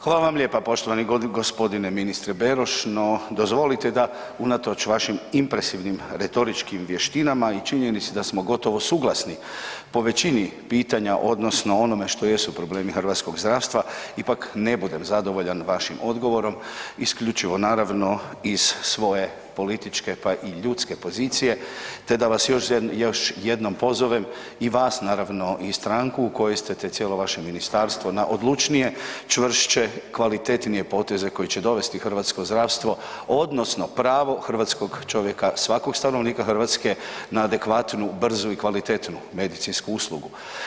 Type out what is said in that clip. Hvala vam lijepa poštovani g. ministre Beroš, no, dozvolite da unatoč vašim impresivnim retoričkim vještinama i činjenici da smo gotovo suglasni po većini pitanja, odnosno onome što jesu problemi hrvatskog zdravstva, ipak ne budem zadovoljan vašim odgovorom, isključivo naravno iz svoje političke, pa i ljudske pozicije te da vas još jednom pozovem, i vas naravno i stranku u kojoj ste te cijelo vaše ministarstvo na odlučnije, čvršće, kvalitetnije poteze koji će dovesti hrvatsko zdravstvo, odnosno pravo hrvatskog čovjeka, svakog stanovnika Hrvatske na adekvatnu, brzu i kvalitetnu medicinsku uslugu.